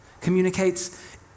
communicates